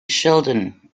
shildon